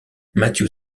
matthew